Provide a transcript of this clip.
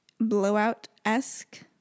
blowout-esque